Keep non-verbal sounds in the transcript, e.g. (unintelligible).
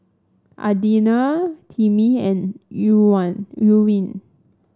Adina Timmie and (unintelligible) Irwin